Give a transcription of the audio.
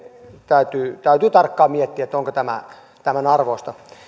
täytyy täytyy tarkkaan miettiä onko se tämän arvoista